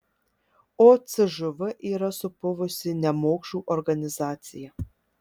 o cžv yra supuvusi nemokšų organizacija